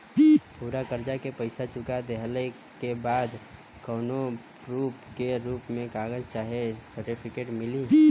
पूरा कर्जा के पईसा चुका देहला के बाद कौनो प्रूफ के रूप में कागज चाहे सर्टिफिकेट मिली?